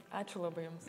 ačiū labai jums